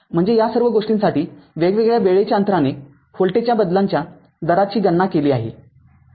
म्हणूनच या सर्व गोष्टींसाठी वेगवेगळ्या वेळेच्या अंतराने व्होल्टेजच्या बदलांच्या दराची गणना केली आहे